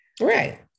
Right